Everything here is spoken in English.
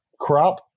crop